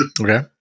Okay